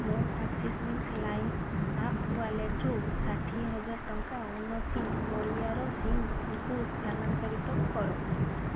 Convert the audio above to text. ମୋ Axis Bank Lime app ୱାଲେଟ୍ରୁ ଷାଠିଏ ହଜାର ଟଙ୍କା ଉନ୍ନତି ବଳିଆରସିଂହ ଙ୍କୁ ସ୍ଥାନାନ୍ତରିତ କର